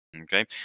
Okay